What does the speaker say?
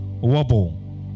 wobble